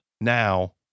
now